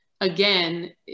again